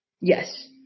Yes